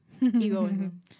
Egoism